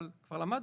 אבל כבר למדנו,